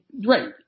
Right